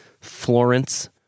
Florence